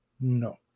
No